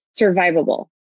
survivable